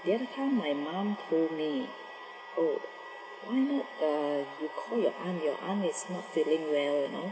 the other time my mum told me oh why not uh you call your aunt your aunt is not feeling well you know